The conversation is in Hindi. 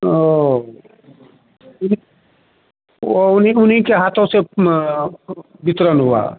ओनहर गेलै उदित ओ उन्हीं उन्हीं के हाथों से अँ वितरण हुआ